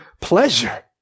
pleasure